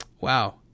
Wow